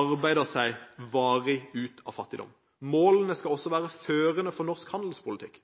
arbeider seg varig ut av fattigdom. Målene skal også være førende for norsk handelspolitikk.